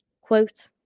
Quote